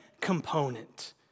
component